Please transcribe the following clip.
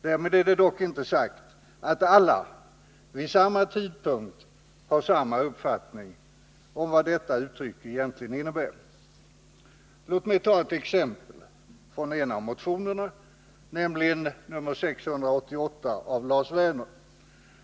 Därmed är det dock inte sagt att alla vid samma tidpunkt har samma uppfattning om vad detta uttryck egentligen innebär. Låt mig ta ett exempel från en av motionerna, nämligen nr 688 av Lars Werner.